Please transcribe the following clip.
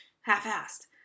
half-assed